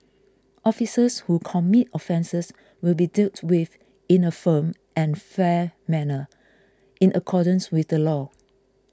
officers who commit offences will be dealt with in a firm and fair manner in accordance with the law